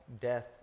Death